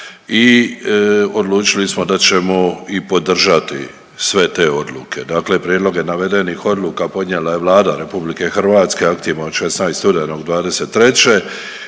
i odlučili smo da ćemo i podržati sve te odluke, dakle prijedloge navedenih odluka podnijela je Vlada RH aktima od 16.